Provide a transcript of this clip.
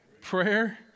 Prayer